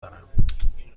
دارم